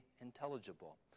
intelligible